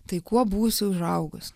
tai kuo būsi užaugus